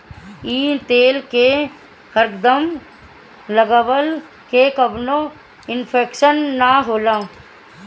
इ तेल के हरदम लगवला से कवनो इन्फेक्शन ना होला